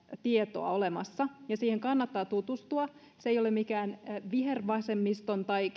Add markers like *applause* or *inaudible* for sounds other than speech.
tietoa olemassa ja siihen kannattaa tutustua se ei ole mikään vihervasemmiston tai *unintelligible*